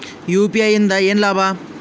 UPI ಇಂದ ಏನ್ ಲಾಭ?